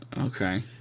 Okay